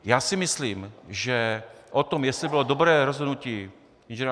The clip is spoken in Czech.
Já si myslím, že o tom, jestli bylo dobré rozhodnutí Ing.